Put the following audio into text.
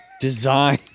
design